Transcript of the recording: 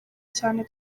cyane